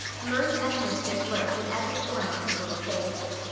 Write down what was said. mirth and mischief lurked in every corner of his little face.